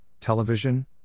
television